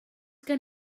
gen